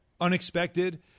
unexpected